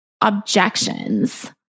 objections